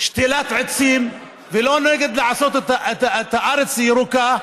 שתילת עצים ולא נגד לעשות את הארץ ירוקה,